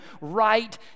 right